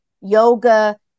yoga